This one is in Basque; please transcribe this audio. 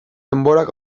denborak